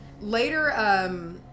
later